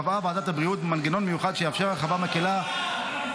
קבעה ועדת הבריאות מנגנון מיוחד שיאפשר הרחבה מקלה של